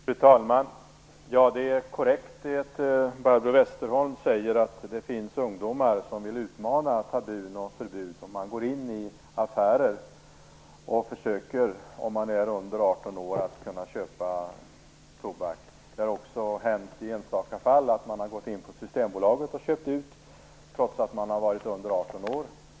Fru talman! Det är korrekt, som Barbro Westerholm säger, att det finns ungdomar som vill utmana tabun och förbud. De går in i affärer och försöker, om de är under 18 år, att köpa tobak. Det har också hänt i enstaka fall att ungdomar har gått in på Systembolaget och köpt alkohol trots att de har varit under 18 år.